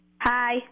Hi